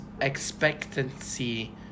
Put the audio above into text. expectancy